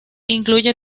incluye